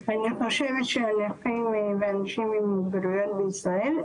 אני חושבת שהנכים ואנשים עם מוגבלויות בישראל,